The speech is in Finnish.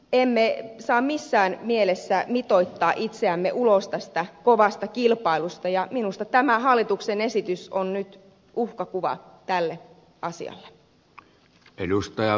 emme saa missään mielessä mitoittaa itseämme ulos tästä kovasta kilpailusta ja minusta tämä hallituksen esitys on nyt uhkakuva tälle asialle